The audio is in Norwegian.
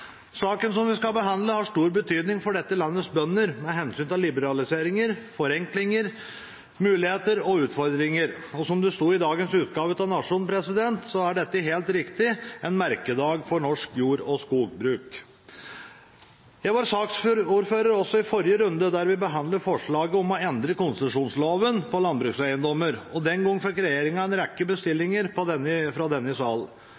Saken som vi skal behandle, har stor betydning for dette landets bønder med hensyn til liberaliseringer, forenklinger, muligheter og utfordringer. Og som det står i dagens utgave av Nationen, er dette helt riktig en merkedag for norsk jord- og skogbruk. Jeg var saksordfører også i forrige runde der vi behandlet forslag om å endre konsesjonsloven for landbrukseiendommer. Den gangen fikk regjeringen en rekke bestillinger fra denne